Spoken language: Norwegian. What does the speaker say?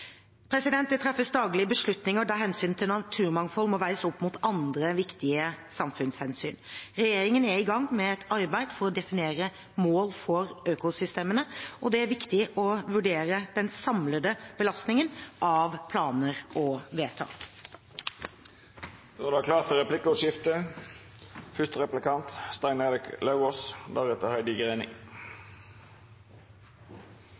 Det treffes daglig beslutninger der hensynet til naturmangfold må veies opp mot andre viktige samfunnshensyn. Regjeringen er i gang med et arbeid for å definere mål for økosystemene. Det er viktig å vurdere den samlede belastningen av planer og